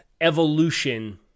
evolution